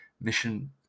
mission